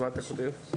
כותב?